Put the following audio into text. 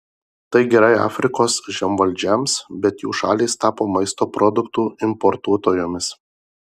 tai gerai afrikos žemvaldžiams bet jų šalys tapo maisto produktų importuotojomis